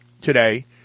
today